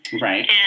Right